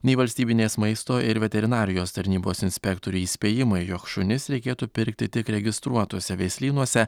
nei valstybinės maisto ir veterinarijos tarnybos inspektorių įspėjimai jog šunis reikėtų pirkti tik registruotuose veislynuose